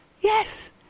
Yes